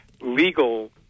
legal